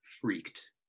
Freaked